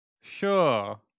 Sure